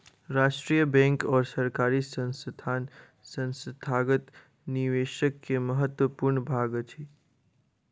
राष्ट्रीय बैंक और सरकारी संस्थान संस्थागत निवेशक के महत्वपूर्ण भाग अछि